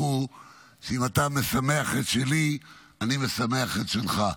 הוא "אם אתה משמח את שלי אני משמח את שלך".